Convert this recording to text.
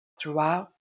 throughout